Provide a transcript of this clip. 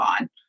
on